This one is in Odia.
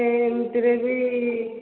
ଏମିତିରେ ବି